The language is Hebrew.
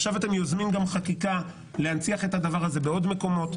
עכשיו אתם יוזמים חקיקה להנציח את הדבר הזה בעוד מקומות.